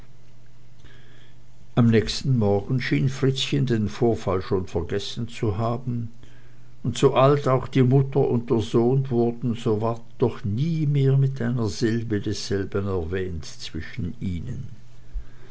am nächsten morgen schien fritzchen den vorfall schon vergessen zu haben und so alt auch die mutter und der sohn wurden so ward doch nie mehr mit einer silbe desselben erwähnt zwischen ihnen